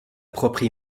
propre